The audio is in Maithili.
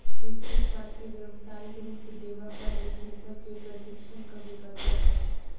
कृषि उत्पाद के व्यवसायिक रूप देबाक लेल कृषक के प्रशिक्षणक बेगरता छै